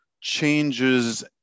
changes